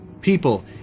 People